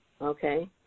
Okay